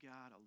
God